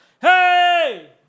Hey